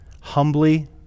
humbly